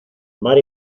mar